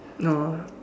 oh